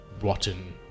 rotten